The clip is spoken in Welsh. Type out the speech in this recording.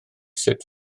sut